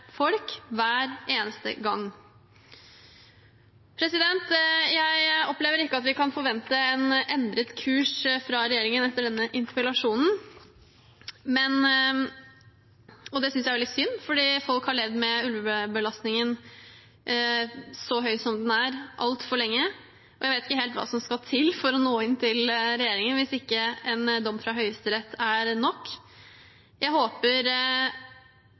folk hver eneste gang. Jeg opplever ikke at vi kan forvente en endret kurs fra regjeringen etter denne interpellasjonen, og det synes jeg er veldig synd, for folk har levd med ulvebelastningen, så stor som den er, altfor lenge, og jeg vet ikke helt hva som skal til for å nå inn til regjeringen hvis ikke en dom i Høyesterett er nok. Jeg håper